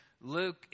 Luke